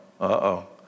uh-oh